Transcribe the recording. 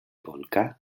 volcà